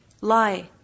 lie